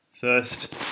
First